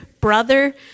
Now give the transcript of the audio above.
brother